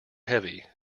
heavy